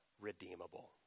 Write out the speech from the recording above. redeemable